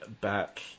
back